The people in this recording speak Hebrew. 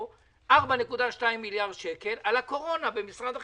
בקשה לאישור 4.2 מיליארד שקל עבור הטיפול בקורונה במשרד החינוך,